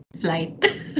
flight